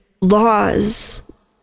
laws